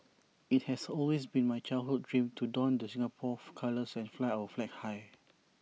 IT has always been my childhood dream to don the Singapore colours and fly our flag high